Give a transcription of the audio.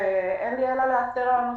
אין לי אלא להצר על הנושא.